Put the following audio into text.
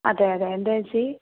അതെ അതെ എന്താ ചേച്ചി